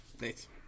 Nice